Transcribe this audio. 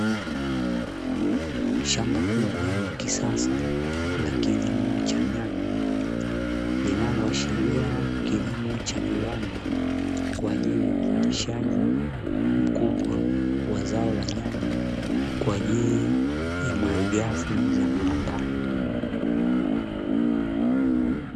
Shamba kubwa la kisasa la kilimo cha nyanya linaloashiria kilimo cha viwanda kwa ajili ya uzalishaji mkubwa wa zao la nyanya, kwa ajili ya malighafi za viwandani.